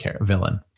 villain